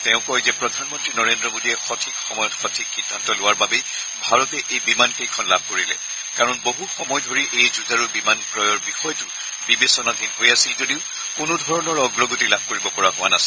তেওঁ কয় যে প্ৰধানমন্ত্ৰী নৰেন্দ্ৰ মোডীয়ে সঠিক সময়ত সঠিক সিদ্ধান্ত লোৱা বাবেই ভাৰতে এই বিমান কেইখন লাভ কৰিলে কাৰণ বহু সময় ধৰি এই যুঁজাৰু বিমান ক্ৰয়ৰ বিষয়টো বিবেচনাধীন হৈ আছিল যদিও কোনোধৰণৰ অগ্ৰগতি লাভ কৰিব পৰা হোৱা নাছিল